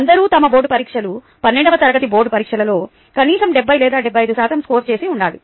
అందరూ తమ బోర్డు పరీక్షలు 12 వ తరగతి బోర్డు పరీక్షలలో కనీసం 70 లేదా 75 శాతం స్కోర్ చేసి ఉండాలి